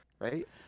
right